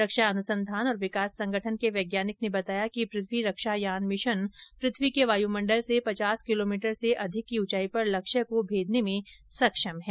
रक्षा अनुसंघान और विकास संगठन के वैज्ञानिक ने बताया कि पृथ्वी रक्षा यान मिशन पृथ्वी के वायुमंडल से पचास किलोमीटर से अधिक की ऊंचाई पर लक्ष्य को भेदने में सक्षम है